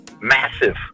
massive